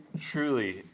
truly